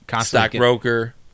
Stockbroker